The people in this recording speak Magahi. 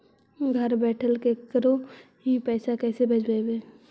घर बैठल केकरो ही पैसा कैसे भेजबइ?